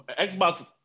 Xbox